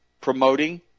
promoting